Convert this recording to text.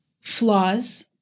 flaws